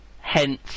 Hence